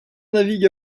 navigue